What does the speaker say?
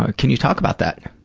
ah can you talk about that?